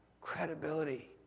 credibility